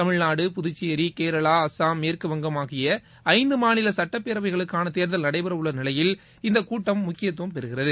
தமிழ்நாடு புதுச்சேரி கேரளா அசாம் மேற்குவங்கம் ஆகிய ஐந்து மாநில சட்டப்பேரவைகளுக்கான தேர்தல் நடைபெறவுள்ள நிலையில் இந்தக் கூட்டம் முக்கியத்துவம் பெறுகிறது